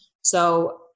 So-